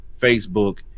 Facebook